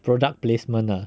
product placements ah